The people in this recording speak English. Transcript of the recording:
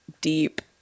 deep